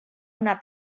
una